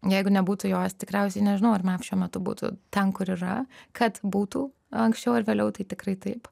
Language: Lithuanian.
jeigu nebūtų jos tikriausiai nežinau ar mef šiuo metu būtų ten kur yra kad būtų anksčiau ar vėliau tai tikrai taip